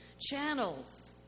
channels